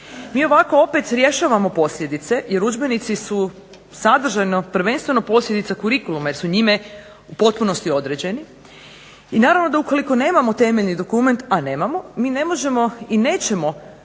Mi ovako opet rješavamo posljedice jer udžbenici su sadržajno prvenstveno posljedica kurikuluma jer su njima u potpunosti određeni i naravno ukoliko nemamo temeljni dokument, a nemamo, mi ne možemo i nećemo